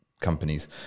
companies